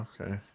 okay